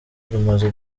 rumaze